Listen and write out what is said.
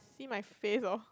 see my face orh